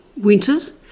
Winters